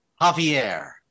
Javier